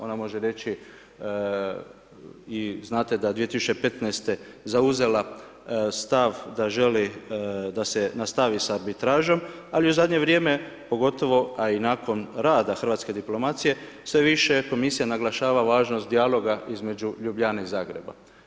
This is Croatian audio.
Ona može reći i znate da 2015. zauzela stav da želi da se nastavi sa arbitražom, ali u zadnje vrijeme pogotovo a i nakon rada hrvatske diplomacije sve više Komisija naglašava važnost dijaloga između Ljubljane i Zagreba.